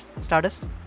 Stardust